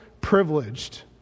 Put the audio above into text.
privileged